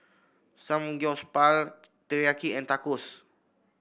Samgyeopsal Teriyaki and Tacos